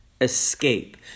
escape